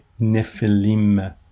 Nephilim